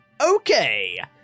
okay